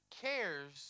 cares